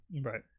Right